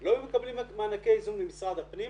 לא היו מקבלים את מענקי האיזון ממשרד הפנים.